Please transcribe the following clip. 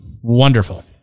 Wonderful